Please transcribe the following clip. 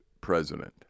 president